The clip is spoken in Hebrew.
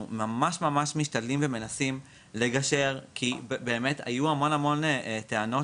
אנחנו ממש משתדלים ומנסים לגשר כי היו המון טענות